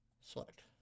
Select